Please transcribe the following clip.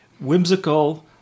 whimsical